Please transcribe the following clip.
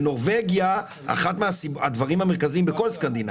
בנורבגיה אחד הדברים המרכזיים בכל סקנדינביה,